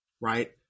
right